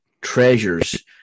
treasures